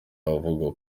abavugwa